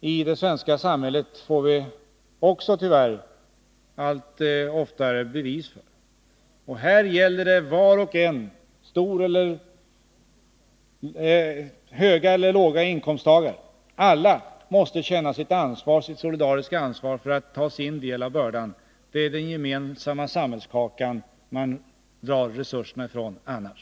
i det svenska samhället får vi också tyvärr allt oftare bevis för. Var och en, höga och låga inkomsttagare, måste känna sitt solidariska ansvar för att ta sin del av bördan. Annars drar man resurserna från den gemensamma samhällskakan.